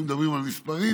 היו מדברים על מספרים,